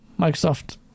Microsoft